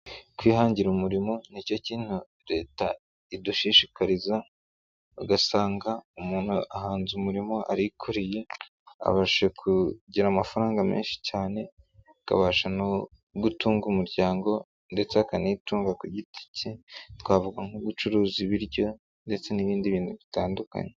Kwihangira umurimo nicyo kintu leta idushishikariza ugasanga umuntu ahanze umurimo arikoriye, abashije kugira amafaranga menshi cyane, akabasha no gutunga umuryango, ndetse akanitunga ku giti ke, twavuga nko gucuruza ibiryo ndetse n'ibindi bintu bitandukanye.